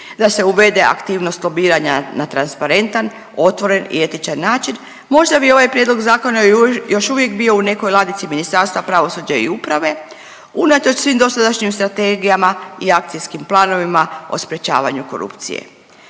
da se uvede aktivnost lobiranja na transparentan, otvoren i etičan način. Možda bi ovaj prijedlog zakona još uvijek bio u nekoj ladici Ministarstva pravosuđa i uprave unatoč svim dosadašnjim strategijama i akcijskim planovima o sprječavanju korupcije.